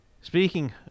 Speaking